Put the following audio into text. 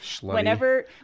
Whenever